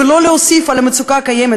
ולא להוסיף על המצוקה הקיימת,